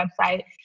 website